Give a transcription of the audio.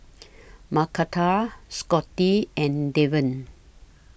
Macarthur Scotty and Deven